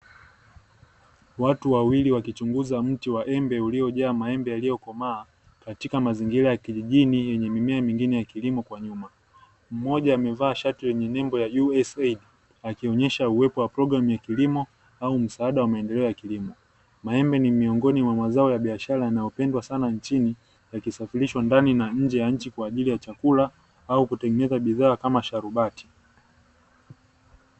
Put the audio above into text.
Watu wawili wakichinguza mti wa embe uliojaa maembe yaliyokomaa, katika mazingira ya kijijini yenye mimea mingine ya kilimo kwa nyuma. Mmoja amevaa shati lenye nembo ya 'US AID' akionyesha uwepo wa programu ya kilimo au msaada wa maendeleo ya kilimo. Maembe ni miongoni mwa mazao ya biashara yanayopendwa sana nchini, yakisafirishwa ndani na nje ya nchi kwa ajili ya chakula, au kutengeneza bidhaa kama sharubati.